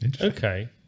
Okay